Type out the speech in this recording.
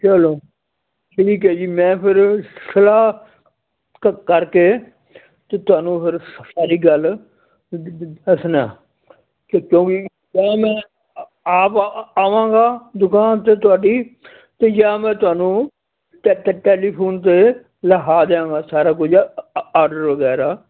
ਚਲੋ ਠੀਕ ਹੈ ਜੀ ਮੈਂ ਫਿਰ ਸਲਾਹ ਕਰਕੇ ਅਤੇ ਤੁਹਾਨੂੰ ਫਿਰ ਸਾਰੀ ਗੱਲ ਦੱਸਣਾ ਕਿ ਕਿਉਂਕਿ ਜਾਂ ਮੈਂ ਆਪ ਆਵਾਂਗਾ ਦੁਕਾਨ 'ਤੇ ਤੁਹਾਡੀ ਅਤੇ ਜਾਂ ਮੈਂ ਤੁਹਾਨੂੰ ਟੈ ਟੈਲੀਫੋਨ 'ਤੇ ਲਿਖਾ ਦਿਆਂਗਾ ਸਾਰਾ ਕੁਝ ਆਰਡਰ ਵਗੈਰਾ